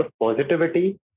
positivity